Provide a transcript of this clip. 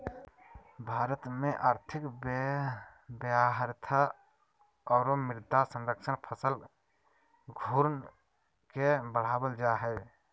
भारत में और्थिक व्यवहार्यता औरो मृदा संरक्षण फसल घूर्णन के बढ़ाबल जा हइ